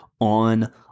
on